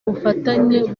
bufatanye